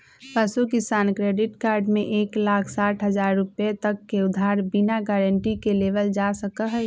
पशु किसान credit card में एक लाख साठ हजार रुपए तक के उधार बिना गारंटी के लेबल जा सका हई